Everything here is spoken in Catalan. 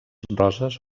roses